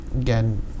again